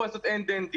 יכול לעשות אנד-דן-דינו,